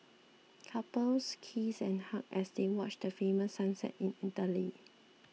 couples kissed and hugged as they watch the famous sunset in Italy